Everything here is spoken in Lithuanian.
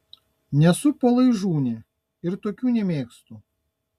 nesu palaižūnė ir tokių nemėgstu